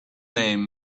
name